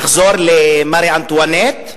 נחזור למרי אנטואנט?